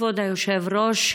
כבוד היושב-ראש,